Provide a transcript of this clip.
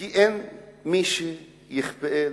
כי אין מי שיכפה,